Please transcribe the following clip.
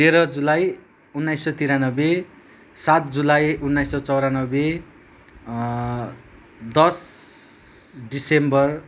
तेह्र जुलाई उन्नाइस सौ त्रियान्नब्बे सात जुलाई उन्नाइ सौ चौरान्नब्बे दस डिसेम्बर